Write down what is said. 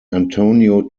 antonio